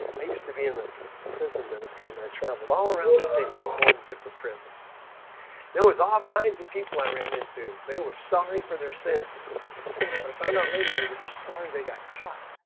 i used to be in the prison ministry and i traveled all around the state going to different prisons there was all kinds of people i ran into they were sorry for their sin but i found out later they were just sorry they got caught